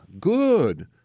good